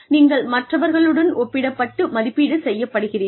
நீங்கள் மற்றவர்களுடன் ஒப்பிட்டப்பட்டு மதிப்பீடு செய்யப்படுகிறீர்கள்